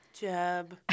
Jab